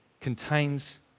contains